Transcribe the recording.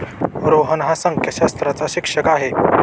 रोहन हा संख्याशास्त्राचा शिक्षक आहे